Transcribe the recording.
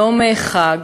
יום חג,